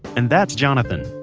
and that's jonathan.